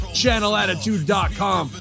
channelattitude.com